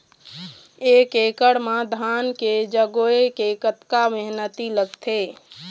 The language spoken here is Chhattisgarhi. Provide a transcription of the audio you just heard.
एक एकड़ म धान के जगोए के कतका मेहनती लगथे?